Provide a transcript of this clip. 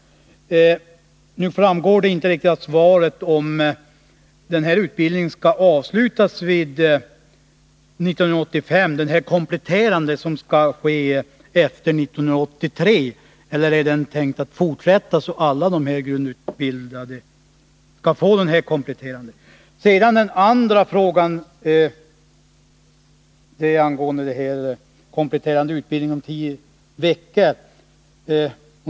Nu framgår det inte riktigt av svaret att denna kompletterande utbildning efter 1983 skall avslutas 1985. Skall den fortsätta så att alla grundutbildade får denna kompletterande utbildning? Min andra fråga gäller den kompletterande utbildningen på tio veckor.